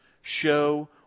show